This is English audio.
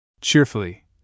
cheerfully